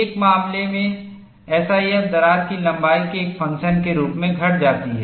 एक मामले में एसआईएफ दरार की लंबाई के एक फंक्शन के रूप में घट जाती है